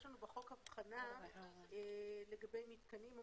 יש לנו בחוק הבחנה לגבי מתקנים או